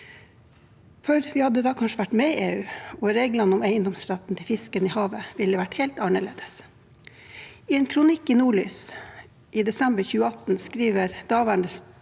Vi hadde da kanskje vært med i EU, og reglene om eiendomsretten til fisken i havet ville vært helt annerledes. I en kronikk i Nordlys i desember 2018 skrev daværende